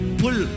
pull